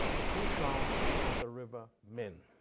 foochow and the river min,